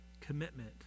commitment